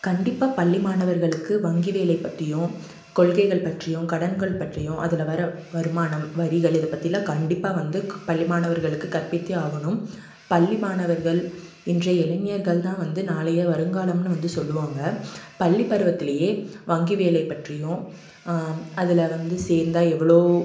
கண்டிப்பாக பள்ளி மாணவர்களுக்கு வங்கி வேலை பற்றியும் கொள்கைகள் பற்றியும் கடன்கள் பற்றியும் அதில் வர வருமானம் வரிகள் இதை பற்றிலாம் கண்டிப்பாக வந்து பள்ளி மாணவர்களுக்கு கற்பித்தே ஆகணும் பள்ளி மாணவர்கள் இன்றைய இளைஞர்கள்தான் வந்து நாளைய வருங்காலம்னு வந்து சொல்லுவாங்க பள்ளிப்பருவதில்லேயே வங்கி வேலை பற்றியும் அதில் வந்து சேர்ந்தால் எவ்வளோ